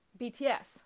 BTS